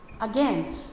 Again